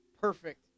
perfect